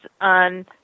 on